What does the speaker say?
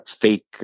fake